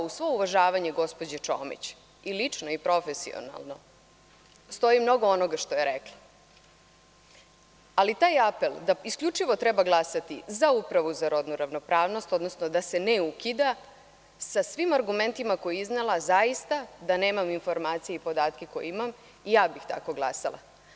Uz svo uvažavanje gospođe Čomić, i lično i profesionalno, stoji mnogo onoga što je rekla, ali taj apel da isključivo treba glasati za Upravu za rodnu ravnopravnost, odnosno da se ne ukida, sa svim argumentima koje je iznela, zaista, da nemam informacije i podatke koje imam, ja bih tako glasala.